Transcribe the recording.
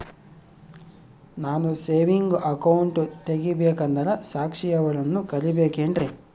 ನಾನು saving account ತೆಗಿಬೇಕಂದರ ಸಾಕ್ಷಿಯವರನ್ನು ಕರಿಬೇಕಿನ್ರಿ?